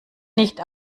nicht